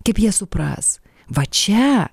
kaip jie supras va čia